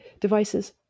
devices